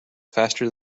faster